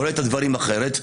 ראה את הדברים אחרת,